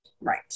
Right